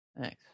Thanks